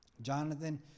Jonathan